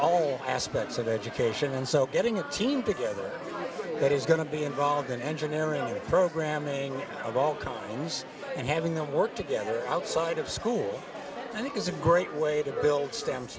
all aspects of education and so getting a team together that is going to be involved in engineering programming of all kinds and having them work together outside of school i think is a great way to build st